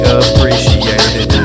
appreciated